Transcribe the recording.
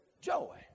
joy